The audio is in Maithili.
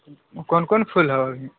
क़ोन क़ोन फूल हौ